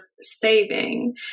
saving